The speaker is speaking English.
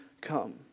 come